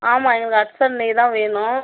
ஆமாம் எனக்கு ஹட்சன் நெய் தான் வேணும்